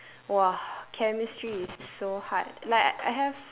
!wah! chemistry is so hard like I have